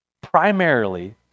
primarily